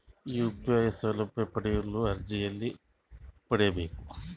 UPI ಸೌಲಭ್ಯ ಪಡೆಯಲು ಅರ್ಜಿ ಎಲ್ಲಿ ಪಡಿಬೇಕು?